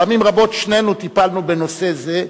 פעמים רבות שנינו טיפלנו בנושא זה,